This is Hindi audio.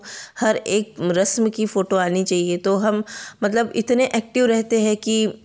हर एक रस्म की फ़ोटो आनी चाहिए तो हम मतलब इतने एक्टिव रहते हैं कि